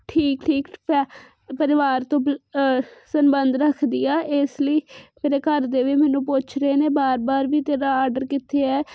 ਠੀਕ ਠੀਕ ਪਰਿਵਾਰ ਤੋਂ ਸੰਬੰਧ ਰੱਖਦੀ ਆ ਇਸ ਲਈ ਮੇਰੇ ਘਰ ਦੇ ਵੀ ਮੈਨੂੰ ਪੁੱਛ ਰਹੇ ਨੇ ਬਾਰ ਬਾਰ ਵੀ ਤੇਰਾ ਆਰਡਰ ਕਿੱਥੇ ਹੈ